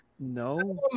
No